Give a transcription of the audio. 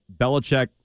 Belichick